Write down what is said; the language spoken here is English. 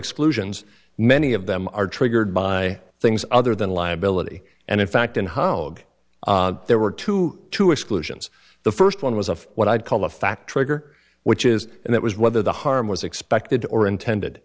exclusions many of them are triggered by things other than liability and in fact in holland there were two two exclusions the first one was a what i'd call a fact trigger which is and that was whether the harm was expected or intended